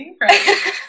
Right